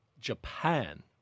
Japan